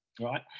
right